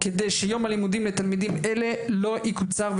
כדי שיום הלימודים לתלמידים אלה לא יקוצר.